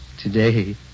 Today